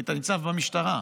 היית ניצב במשטרה.